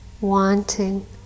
wanting